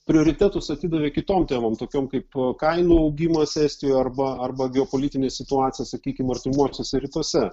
prioritetus atidavė kitom temom tokiam kaip kainų augimas estijoje arba arba geopolitinė situacija sakykim artimuosiuose rytuose